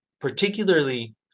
particularly